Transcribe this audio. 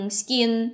skin